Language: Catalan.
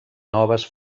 noves